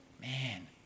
Man